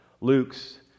Luke's